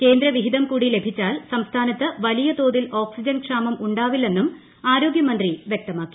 കേന്ദ്രവിഹിതം കൂടി ലഭിച്ചാൽ സംസ്ഥാനത്ത് വലിയ തോതിൽ ഓക്സിജൻ ക്ഷാമം ഉണ്ടാവില്ലെന്നും ആരോഗ്യമന്ത്രി വ്യക്തമാക്കി